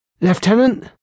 Lieutenant